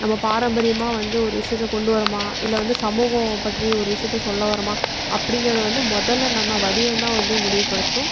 நம்ம பாரம்பரியமாக வந்து ஒரு விஷயத்த கொண்டு வரோமா இல்லை வந்து சமூகம் பற்றி ஒரு விஷயத்த சொல்ல வரோமா அப்படிங்கிறத வந்து முதல்ல நம்ம வடிவம் தான் வந்து முடிவுப்படுத்தும்